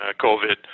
COVID